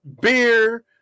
beer